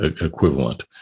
equivalent